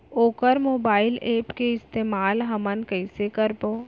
वोकर mobile app के इस्तेमाल हमन कइसे करबो?